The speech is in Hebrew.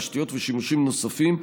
תשתיות ושימושים נוספים,